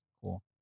Cool